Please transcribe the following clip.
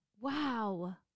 Wow